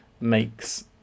makes